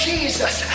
Jesus